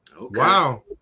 Wow